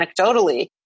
anecdotally